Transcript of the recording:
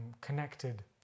Connected